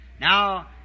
Now